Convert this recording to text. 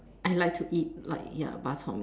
I like to eat like ya Bak-Chor-Mee